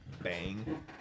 bang